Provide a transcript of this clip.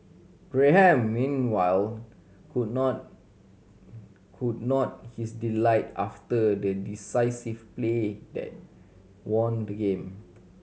Graham meanwhile could not could not his delight after the decisive play that won the game